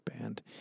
band